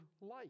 life